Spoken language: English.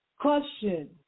Question